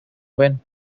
when